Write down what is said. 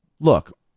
look